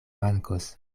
mankos